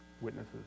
witnesses